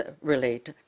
relate